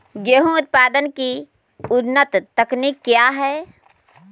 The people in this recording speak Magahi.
गेंहू उत्पादन की उन्नत तकनीक क्या है?